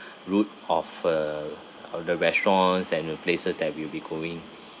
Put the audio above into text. route of uh of the restaurants and the places that we will be going